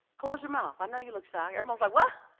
close your mouth, i know you look shocked. everyone's like, what?